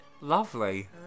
Lovely